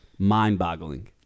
mind-boggling